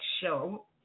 show